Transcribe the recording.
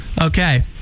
Okay